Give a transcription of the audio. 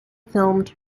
filmed